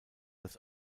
das